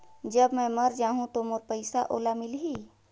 जब मै मर जाहूं तो मोर पइसा ओला मिली?